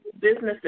businesses